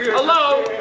hello?